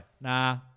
Nah